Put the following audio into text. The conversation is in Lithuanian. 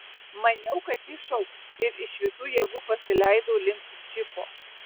maniau kad ji šauks ir iš visų jėgų pasileidau link džipo